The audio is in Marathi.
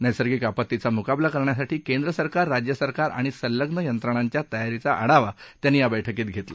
नैसर्गिक आपत्तीचा मुकाबला करण्यासाठी केंद्रसरकार राज्यसरकार आणि संलग्न यंत्रणांच्या तयारीचा आढावा त्यांनी या बैठकीत घेतला